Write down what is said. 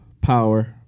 power